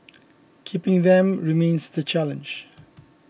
keeping them remains the challenge